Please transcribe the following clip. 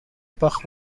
باخت